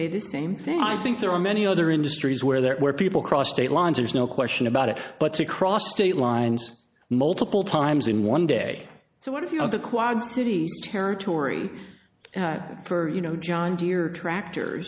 say this same thing i think there are many other industries where there were people cross state lines is no question about it but to cross state lines multiple times in one day so what if you know the quad cities territory for you know john deere tractor